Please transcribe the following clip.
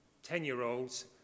Ten-year-olds